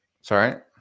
Sorry